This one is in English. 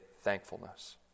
thankfulness